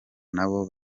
nabo